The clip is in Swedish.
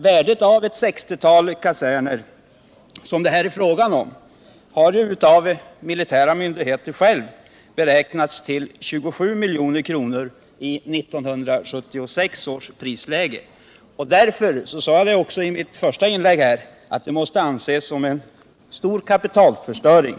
Värdet av det 60-tal kaserner som det här är fråga om har av militära myndigheter beräknats till 27 milj.kr. i 1976 års penningvärde. Därför sade jag också i mitt första inlägg att det måste anses som en stor kapitalförstöring.